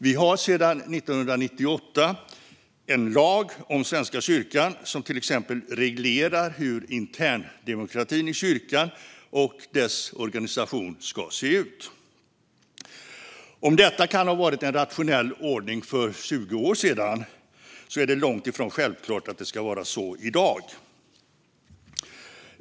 Vi har sedan 1998 en lag om Svenska kyrkan som till exempel reglerar hur interndemokratin i kyrkan och dess organisation ska se ut. Om detta kan ha varit en rationell ordning för 20 år sedan är det långt ifrån självklart att det ska vara så i dag.